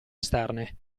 esterne